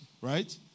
right